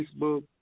Facebook